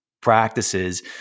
practices